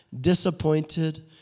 disappointed